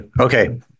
Okay